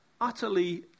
Utterly